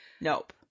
Nope